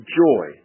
joy